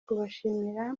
kubashimira